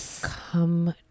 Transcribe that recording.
come